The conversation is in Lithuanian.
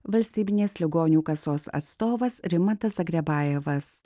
valstybinės ligonių kasos atstovas rimantas zagrebajevas